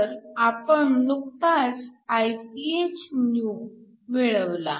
तर आपण नुकताच Iphnew मिळवला